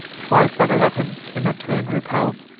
twice by the latins, in their turn, repell'd.